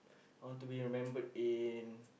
I want to be remembered in